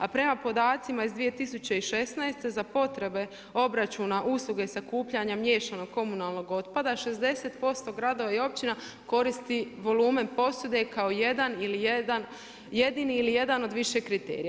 A prema podacima iz 2016. za potrebe obračuna usluge sakupljanja miješanog komunalnog otpada 60% gradova i općina koristi volumen posude kao jedan ili jedan, jedini ili jedan od više kriterija.